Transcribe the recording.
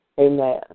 Amen